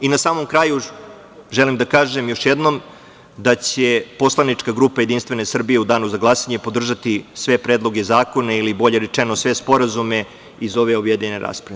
I na samom kraju, želim da kažem još jednom da će poslanička grupa JS u danu za glasanje podržati sve predloge zakona ili bolje rečeno sve sporazume iz ove objedinjene rasprave.